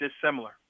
dissimilar